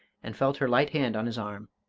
and felt her light hand on his arm.